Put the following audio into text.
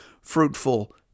fruitful